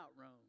Rome